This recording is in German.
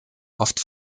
oft